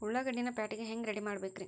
ಉಳ್ಳಾಗಡ್ಡಿನ ಪ್ಯಾಟಿಗೆ ಹ್ಯಾಂಗ ರೆಡಿಮಾಡಬೇಕ್ರೇ?